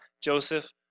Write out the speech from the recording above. Joseph